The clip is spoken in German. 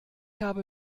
habe